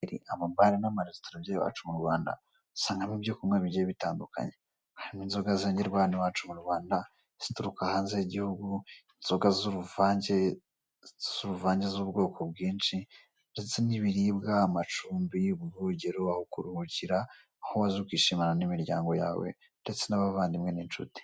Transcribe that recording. Hari amabare nama resitora by'iwacu mu Rwanda usangamo ibyo kunywa bigiye bitandukanye. Harimo inzoga zengerwa hano iwacu mu Rwanda, izituka hanze y'igihugu, inzoga zuruvange zuruvange z'ubwoko bwinshi ndetse n'ibiribwa, amacumbi, ubwogero aho kuruhukira, aho waza ukishimana n'imiryango yawe ndetse n'abavandimwe n'inshuti.